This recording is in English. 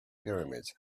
pyramids